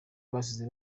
basize